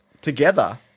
together